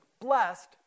blessed